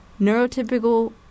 neurotypical